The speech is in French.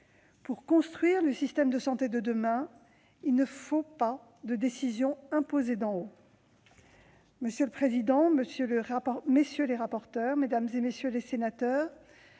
Pour construire le système de santé de demain, il ne faut pas de décision imposée d'en haut. Madame la présidente, monsieur le rapporteur, messieurs les rapporteurs